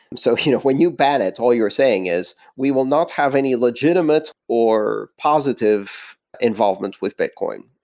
so you know when you bad it, all you're saying is, we will not have any legitimate or positive involvement with bitcoin.